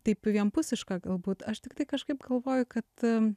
taip vienpusiška galbūt aš tiktai kažkaip galvoju kad